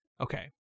Okay